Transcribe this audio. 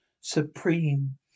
Supreme